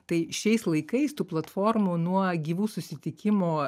tai šiais laikais tų platformų nuo gyvų susitikimų